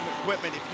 equipment